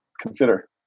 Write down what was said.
consider